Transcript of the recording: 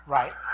Right